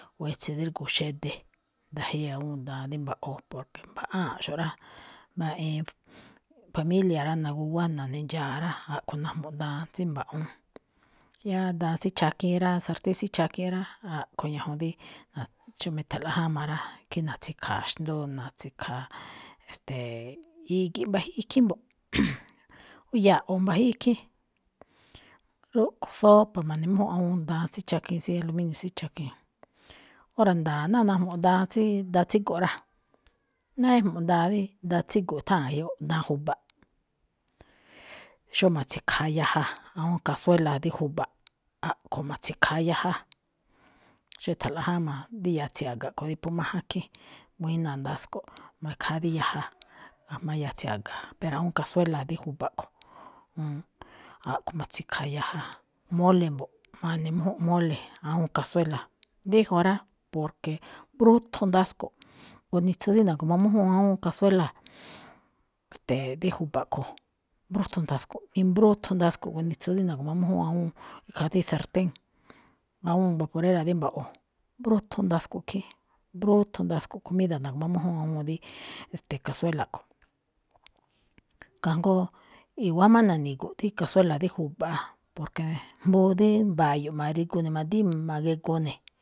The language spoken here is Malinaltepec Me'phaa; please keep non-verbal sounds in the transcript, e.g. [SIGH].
O etse drígo̱o̱ xede̱, nda̱jíi awúun daan rí mba̱ꞌwo̱, porque mbaꞌáanꞌxo̱ꞌ rá, mbaꞌiin familia rá, naguwá na̱ne̱ ndxa̱a̱ rá, a̱ꞌkho̱ najmuꞌ daan tsí mba̱ꞌwu̱un. Yáá daan tsí chakiin rá, sartén tsí chakiin rá, a̱ꞌkho̱ ñajuun dí na̱-xómá e̱tha̱nꞌlaꞌ jáma̱ rá, khín na̱tsi̱kha̱a̱ xndú o na̱tsi̱kha̱a̱, e̱ste̱e̱, i̱gi̱ꞌ mba̱jíi ikhín mbo̱ꞌ, o ya̱ꞌwo̱ mba̱jíi ikhín, rúꞌkho̱, sopa ma̱ne̱mújúnꞌ awúun daan tsí chakiin, tsí al [HESITATION] inio tsí chakiin. Óra̱ nda̱a̱ ná najmuꞌ daan tsí daan tsígo̱ꞌ rá. Náá ejmuꞌ daan rí daan tsígo̱ꞌ etháa̱n ge̱jyoꞌ, daan ju̱ba̱ꞌ, xóo ma̱tsi̱kha̱a̱ yaja awúun cazuela dí ju̱ba̱ꞌ, a̱ꞌkho̱ ma̱tsi̱kha̱a̱ yaja. Xóo e̱tha̱nꞌlaꞌ jáma̱, dí yatsi̱i a̱ga kho̱ dí phup máján khín, buína̱ ndasko̱ꞌ, mi̱khaa dí yaja [NOISE] ga̱jma̱á yatsi̱i a̱ga, pero awúun cazuela dí ju̱ba̱ꞌ kho̱. [HESITATION] a̱ꞌkho̱ ma̱tsi̱kha̱a̱ yaja, mole mbo̱ꞌ, ma̱ne̱mújúnꞌ móle̱ awúun cazuela. Díjun rá, porque mbrúthun ndasko̱ꞌ gunitsu dí na̱gu̱mamújúun awúun cazuela, e̱ste̱e̱, dí ju̱ba̱ꞌ kho̱, mbrúthun ndasko̱ꞌ, i̱mbrúthun ndasko̱ꞌ [NOISE] unitsu dí na̱gu̱mamújúun awúun khaa dí sartén, awúun vaporera rí mba̱ꞌwo̱, mbrúthun ndasko̱ꞌ khín, mbrúthun ndasko̱ꞌ comida na̱gu̱mamújúun awúun dí, e̱ste̱e̱, cazuela kho̱. Kajngó i̱wa̱á má na̱ni̱gu̱ꞌ dí cazuela dí ju̱ba̱áꞌ, porque jmbu dí mba̱yo̱ ma̱rigu ne̱ madíí ma̱gegoo ne̱.